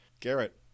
Garrett